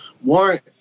warrant